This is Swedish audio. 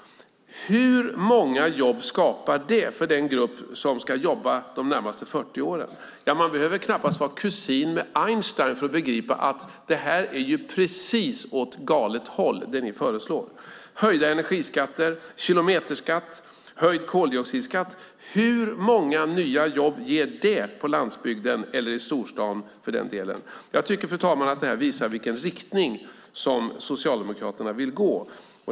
Hur många jobb skapar det för den grupp som ska jobba de närmaste 40 åren? Man behöver knappast vara kusin med Einstein för att begripa att det ni föreslår är precis åt galet håll. Jag fortsätter: höjda energiskatter, kilometerskatt, höjd koldioxidskatt. Hur många nya jobb ger det på landsbygden eller för den delen i storstaden? Jag tycker, fru talman, att det här visar i vilken riktning Socialdemokraterna vill gå.